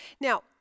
Now